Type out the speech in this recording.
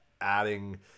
Adding